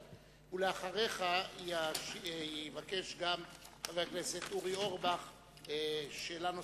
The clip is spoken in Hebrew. אחריך יבקש גם חבר הכנסת אורי אורבך שאלה נוספת.